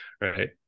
Right